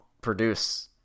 produce